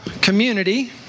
community